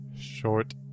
short